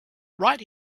right